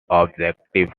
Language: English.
objective